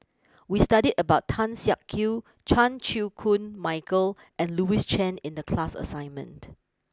we studied about Tan Siak Kew Chan Chew Koon Michael and Louis Chen in the class assignment